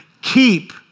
keep